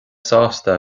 sásta